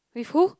with who